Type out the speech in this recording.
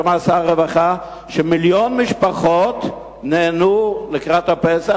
אמר שר הרווחה שמיליון משפחות נהנו לקראת הפסח,